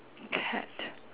cat